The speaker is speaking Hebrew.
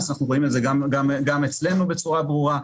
ואנחנו רואים את זה גם אצלנו בצורה ברורה.